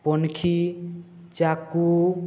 ପନିକି ଚାକୁ